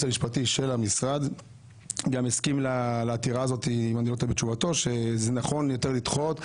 המשפטי של המשרד גם הסכים לעתירה הזאת בתשובתו שזה נכון יותר לדחות.